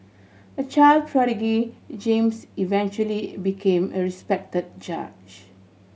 a child prodigy James eventually became a respect judge